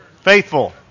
Faithful